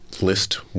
list